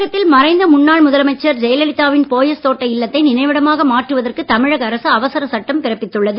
தமிழகத்தில் மறைந்த முன்னாள் முதலமைச்சர் ஜெயலலிதாவின் போயஸ் தோட்ட இல்லத்தை நினைவிடமாக மாற்றுவதற்கு தமிழக அரசு அவசரச் சட்டம் பிறப்பித்துள்ளது